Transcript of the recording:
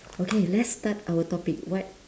okay let's start our topic what